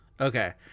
okay